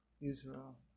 Israel